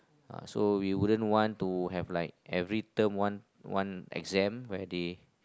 uh so we wouldn't want to have like every term one one exam where they